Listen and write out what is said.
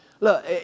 Look